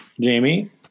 Jamie